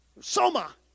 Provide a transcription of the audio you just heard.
Soma